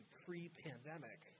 pre-pandemic